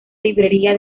librería